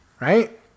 Right